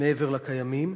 מעבר לקיימים?